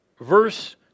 Verse